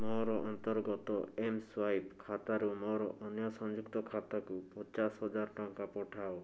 ମୋର ଅନ୍ତର୍ଗତ ଏମ୍ସ୍ୱାଇପ୍ ଖାତାରୁ ମୋର ଅନ୍ୟ ସଂଯୁକ୍ତ ଖାତାକୁ ପଚାଶ ହଜାର ଟଙ୍କା ପଠାଅ